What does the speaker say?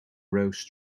rows